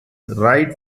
right